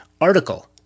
Article